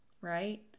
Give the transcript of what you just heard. Right